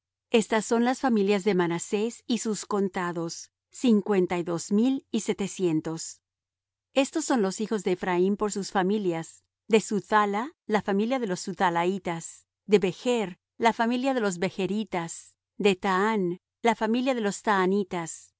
estas son las familias de manasés y sus contados cincuenta y dos mil y setecientos estos son los hijos de ephraim por sus familias de suthala la familia de los suthalaitas de bechr la familia de los bechritas de tahan la familia de los tahanitas